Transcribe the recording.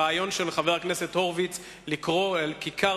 הרעיון של חבר הכנסת הורוביץ לקרוא לכיכר